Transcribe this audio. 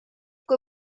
kui